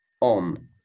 on